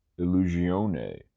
Illusione